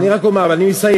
אני רק אומר, ואני מסיים.